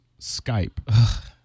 skype